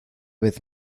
vez